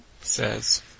says